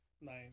Nice